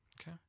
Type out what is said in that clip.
Okay